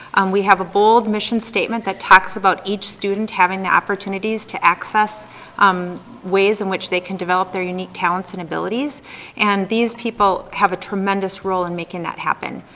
we have a bold mission statement that talks about each student having the opportunities to access um ways in which they can develop their unique talents and abilities and these people have a tremendous role in making that happen.